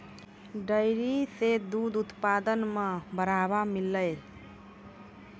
dairy सें दूध उत्पादन म बढ़ावा मिललय